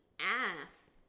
ass